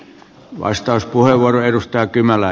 arvoisa puhemies